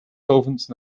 solvents